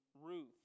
Ruth